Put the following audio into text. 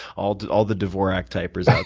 all the all the dvorak typers out